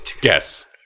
Guess